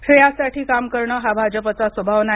श्रेयासाठी काम करणं हा भाजपाचा स्वभाव नाही